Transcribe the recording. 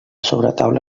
sobretaula